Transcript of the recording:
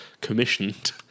commissioned